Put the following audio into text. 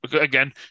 again